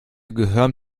gehören